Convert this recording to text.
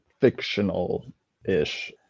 fictional-ish